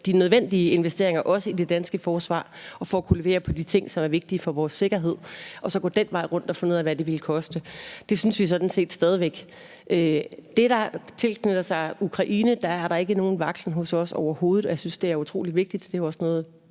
de nødvendige investeringer, også i det danske forsvar, og for at kunne levere på de ting, som er vigtige for vores sikkerhed, altså at gå den vej rundt for at finde ud af, hvad det ville koste. Det synes vi sådan set stadig væk. I forhold til det, der knytter sig til Ukraine, er der overhovedet ikke nogen vaklen hos os, og jeg synes, det er utrolig vigtigt. Det er jo også noget,